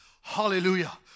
Hallelujah